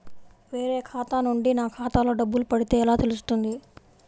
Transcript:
వేరే ఖాతా నుండి నా ఖాతాలో డబ్బులు పడితే ఎలా తెలుస్తుంది?